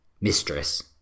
mistress